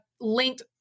linked